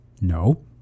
No